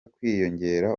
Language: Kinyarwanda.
kwiyongera